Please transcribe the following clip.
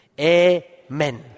Amen